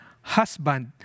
Husband